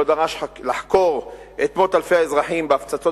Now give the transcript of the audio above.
לא דרש לחקור את מות אלפי האזרחים בהפצצות